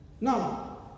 Now